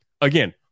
Again